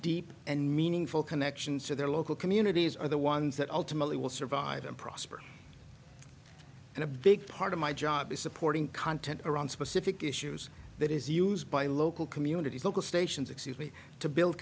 deep and meaningful connections to their local communities are the ones that ultimately will survive and prosper and a big part of my job is supporting content around specific issues that is used by local communities local stations excuse me to build